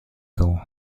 tour